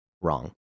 wrong